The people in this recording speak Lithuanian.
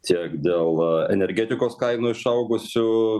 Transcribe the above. tiek dėl energetikos kainų išaugusių